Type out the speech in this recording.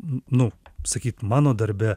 nu sakyt mano darbe